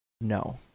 No